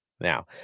Now